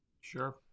Sure